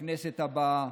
בכנסת הבאה.